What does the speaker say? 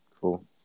Cool